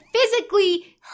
physically